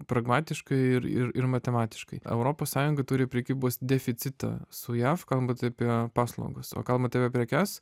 pragmatiškai ir ir ir matematiškai europos sąjunga turi prekybos deficitą su jav kalbant apie paslaugas o kalbant apie prekes